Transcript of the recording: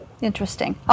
Interesting